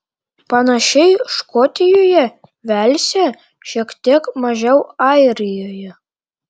panašiai škotijoje velse šiek tiek mažiau airijoje